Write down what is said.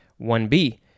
1b